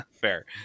Fair